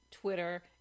twitter